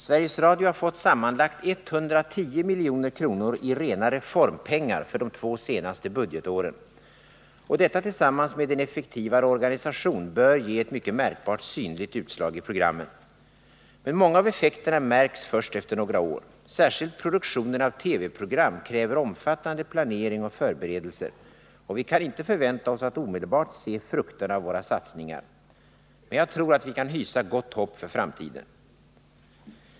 Sveriges Radio har fått sammanlagt 110 milj.kr. i rena reformpengar för de två senaste budgetåren, och detta tillsammans med en effektivare organisation bör ge ett mycket märkbart synligt utslag i programmen. Men många av effekterna märks först efter några år. Särskilt =” produktionen av TV-program kräver omfattande planering och förberedelser, och vi kan inte förvänta oss att omedelbart se frukterna av våra satsningar. Men jag tror att vi kan hysa gott hopp för framtiden.